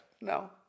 No